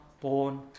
born